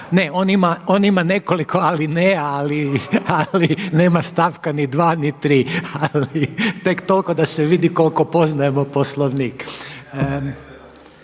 ima, on ima nekoliko alineja ali nema stavka ni 2. ni 3. ali tek toliko da se vidi koliko poznajemo Poslovnik.